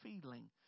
feeling